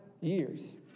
years